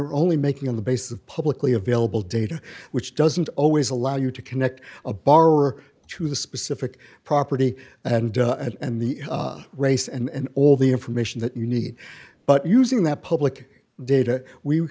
were only making on the basis of publicly available data which doesn't always allow you to connect a borrower to the specific property and and the race and all the information that you need but using that public data we